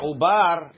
Ubar